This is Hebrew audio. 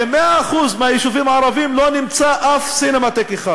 ב-100% היישובים הערביים לא נמצא אף סינמטק אחד,